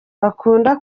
bakunda